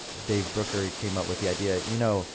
dave brooker came up with the idea, you know,